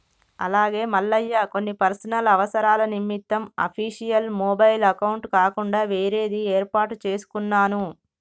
అలాగే మల్లయ్య కొన్ని పర్సనల్ అవసరాల నిమిత్తం అఫీషియల్ మొబైల్ అకౌంట్ కాకుండా వేరేది ఏర్పాటు చేసుకున్నాను